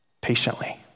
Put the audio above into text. patiently